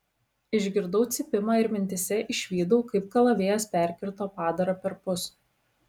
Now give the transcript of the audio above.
išgirdau cypimą ir mintyse išvydau kaip kalavijas perkirto padarą perpus